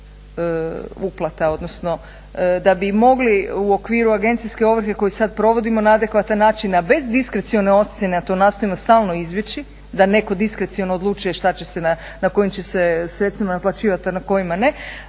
uplata, odnosno da bi mogli u okviru agencijske ovrhe koju sada provodimo na adekvatan način, a bez diskrecione ocjene, a to nastojimo stalno izbjeći da neko diskreciono odlučuje šta će se nad kojim će se sredstvima naplaćivati, a na kojima ne,